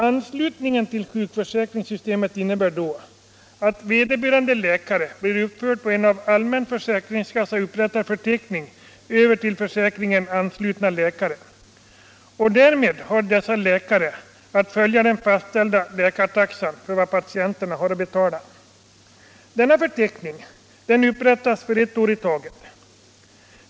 Anslutningen till sjukförsäkringssystemet innebär, att vederbörande läkare blir uppförd på en av allmän försäkringskassa upprättad förteckning över till försäkringen anslutna läkare. Därmed har läkaren att följa den fastställda läkarvårdstaxan, som också anger vad patienterna har att betala. Denna förteckning upprättas för ett år i taget.